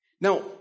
Now